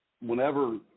whenever